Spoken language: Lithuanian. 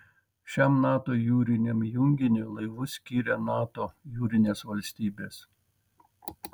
šiam nato jūriniam junginiui laivus skiria nato jūrinės valstybės